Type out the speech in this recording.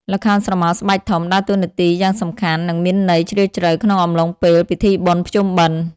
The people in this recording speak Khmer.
ល្ខោនស្រមោលស្បែកធំ ដើរតួនាទីយ៉ាងសំខាន់ និងមានន័យជ្រាលជ្រៅក្នុងអំឡុងពេល ពិធីបុណ្យភ្ជុំបិណ្ឌ។